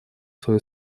свою